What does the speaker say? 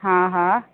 हा हा